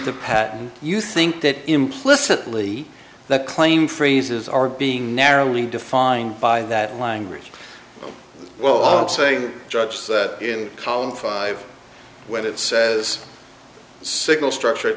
the patent you think that implicitly that claim phrases are being narrowly defined by that language well i'm saying judge that in column five when it says signal structure